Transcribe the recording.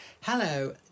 Hello